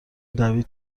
دوید